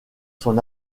son